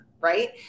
Right